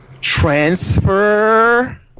Transfer